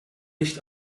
nicht